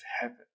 heaven